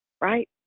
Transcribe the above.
right